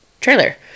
trailer